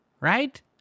Right